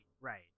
right